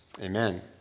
Amen